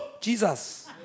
Jesus